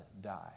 die